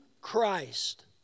Christ